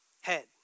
head